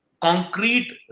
concrete